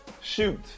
Shoot